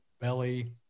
belly